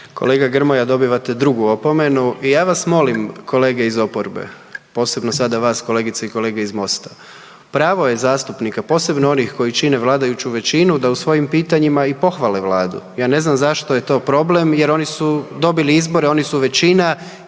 Kolega Grmoja, dobivate drugu opomenu i ja vas molim, kolege iz oporbe, posebno sada vas, kolegice i kolege iz Mosta, pravo je zastupnika, posebno onih koji čine vladajuću većinu da u svojim pitanjima i pohvale Vladu, ja ne znam zašto je to problem jer oni su dobili izbore, oni su većina i većina